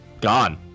Gone